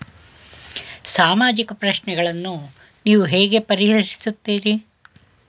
ಸಾಮಾಜಿಕ ಪ್ರಶ್ನೆಗಳನ್ನು ನೀವು ಹೇಗೆ ಪರಿಹರಿಸುತ್ತೀರಿ?